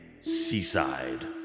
Seaside